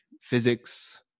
physics